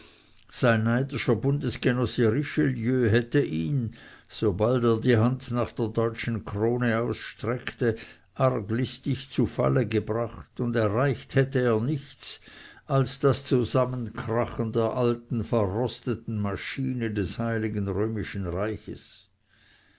neidischer bundesgenosse richelieu hätte ihn sobald er die hand nach der deutschen krone ausstreckte arglistig zu falle gebracht und erreicht hätte er nichts als das zusammenkrachen der alten verrosteten maschine des heiligen römischen reichs